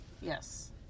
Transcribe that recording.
yes